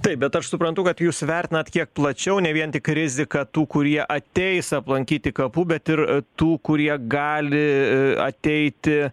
taip bet aš suprantu kad jūs vertinat kiek plačiau ne vien tik riziką tų kurie ateis aplankyti kapų bet ir tų kurie gali ateiti